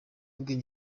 ubwenge